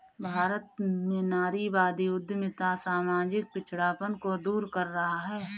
भारत में नारीवादी उद्यमिता सामाजिक पिछड़ापन को दूर कर रहा है